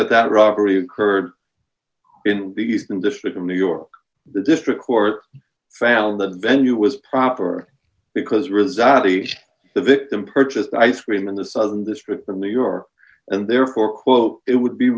that that robbery occurred in the eastern district of new york the district court found that the venue was proper because rezai the victim purchased ice cream in the southern district of new york and therefore quote it would be